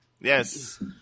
Yes